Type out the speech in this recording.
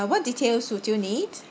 what details would you need